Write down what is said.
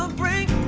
um bring